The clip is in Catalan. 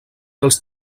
dels